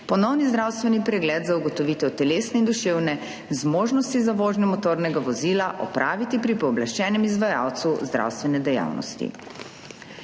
ponovni zdravstveni pregled za ugotovitev telesne in duševne zmožnosti za vožnjo motornega vozila opraviti pri pooblaščenem izvajalcu zdravstvene dejavnosti.